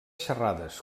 xerrades